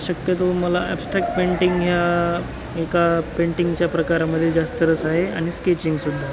शक्यतो मला abstract painting ह्या एका पेंटिंगच्या प्रकारामध्ये जास्त रस आहे आणि स्केचिंगसुद्धा